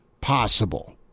possible